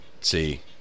See